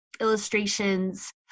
illustrations